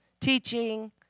teaching